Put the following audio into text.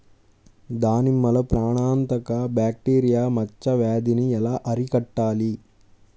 దానిమ్మలో ప్రాణాంతక బ్యాక్టీరియా మచ్చ వ్యాధినీ ఎలా అరికట్టాలి?